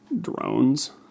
drones